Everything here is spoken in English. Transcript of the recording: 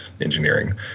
engineering